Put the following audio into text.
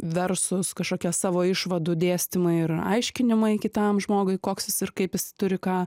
versus kašokie savo išvadų dėstymai ir aiškinimai kitam žmogui koks jis ir kaip jis turi ką